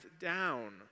down